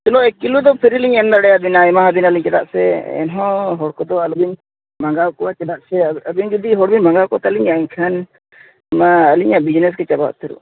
kilo ᱮᱹᱠ ᱠᱤᱞᱳᱫᱚ free ᱞᱤᱧ ᱮᱢ ᱫᱟᱲᱮᱭᱟᱵᱮᱱᱟ ᱪᱮᱫᱟᱜ ᱥᱮ ᱮᱱᱦᱚᱸ ᱦᱚᱲᱠᱚᱫᱚ ᱟᱞᱚᱵᱮᱱ ᱵᱷᱟᱝᱜᱟᱣ ᱠᱚᱣᱟ ᱪᱮᱫᱟᱜ ᱥᱮ ᱟᱹᱵᱤᱱ ᱡᱩᱫᱤ ᱦᱚᱲᱵᱮᱱ ᱵᱷᱟᱝᱜᱟᱣ ᱠᱚᱛᱟᱞᱤᱧᱟᱹ ᱮᱱᱠᱷᱟᱱ ᱢᱟ ᱟᱹᱞᱤᱧᱟᱜ ᱵᱤᱡᱽᱱᱮᱥᱜᱮ ᱪᱟᱵᱟ ᱩᱛᱟᱹᱨᱚᱜᱼᱟ